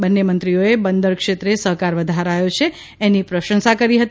બંને મંત્રીઓએ બંદર ક્ષેત્રે સહકાર વધારાયો છે એની પ્રશંસા કરી હતી